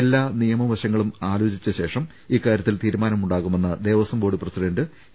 എല്ലാ നിയമവശങ്ങളും ആലോചിച്ചശേഷം ഇക്കാര്യത്തിൽ തീരു മാനമുണ്ടാകുമെന്ന് ദേവസ്വം ബോർഡ് പ്രസിഡന്റ് എ